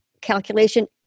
calculation